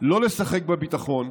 לא לשחק בביטחון,